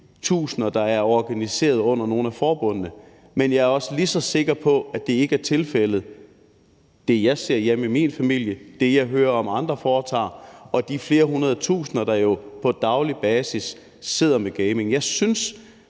der er organiseret under nogle af forbundene. Men jeg er også lige så sikker på, at det ikke er tilfældet med det, jeg ser hjemme i min familie, det, jeg hører om at andre foretager sig, og de flere hundredtusinder, der jo på daglig basis sidder med gaming. Jeg synes